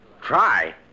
Try